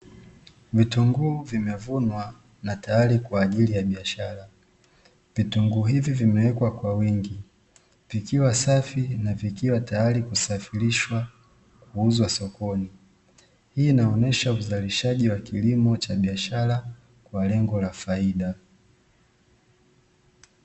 Vitungu vimevunwa na tayari kwajili ya biashara. Vitungu hivyo vimewekwa Kwa wingi, vikiwa safi na vikiwa tayari kusafirishwa kuuzwa sokoni. Hii huonyesha uzalishaji wa kilimo cha biashara Kwa lengo la faida.